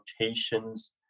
rotations